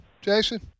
Jason